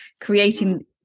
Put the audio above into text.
creating